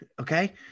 Okay